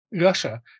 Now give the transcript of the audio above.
Russia